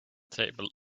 table